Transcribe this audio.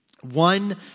One